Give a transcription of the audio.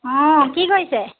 অঁ কি কৰিছে